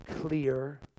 clear